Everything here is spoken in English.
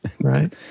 right